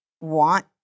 want